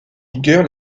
vigueur